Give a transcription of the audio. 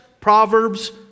proverbs